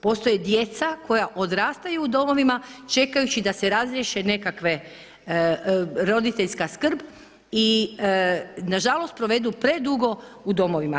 Postoje djeca koja odrastaju u domovima čekajući da se razriješi nekakva roditeljska skrb i nažalost provedu predugo u domovima.